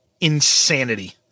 insanity